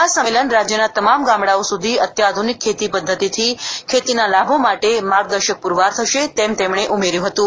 આ સંમેલન રાજ્યના તમામ ગામડાઓ સુધી અત્યાધુનિક ખેતી પદ્ધતિથી ખેતીના લાભો માટે માર્ગદર્શક પુરવાર થશે તેમ તેમણે ઉમેર્યું હતું